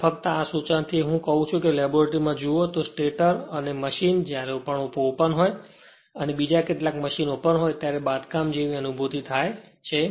જે ફક્ત આ સૂચનથી હું કહું છું કે લેબોરેટરી માં જુઓ તો સ્ટેટર અને મશીન જ્યારે ઓપન હોય અને બીજા કેટલાક મશીન ઓપન હોય ત્યારે આ બાંધકામ જેવી અનુભૂતિ થાય છે